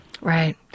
right